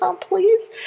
please